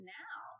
now